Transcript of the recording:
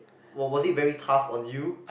was was it very tough on you